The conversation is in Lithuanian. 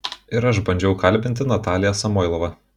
ir aš bandžiau kalbinti nataliją samoilovą